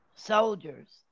Soldiers